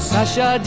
Sasha